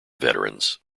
veterans